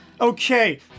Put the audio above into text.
Okay